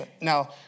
Now